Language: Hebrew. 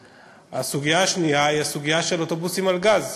הסוגיה השנייה היא הסוגיה של אוטובוסים על גז.